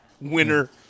Winner